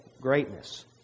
greatness